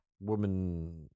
woman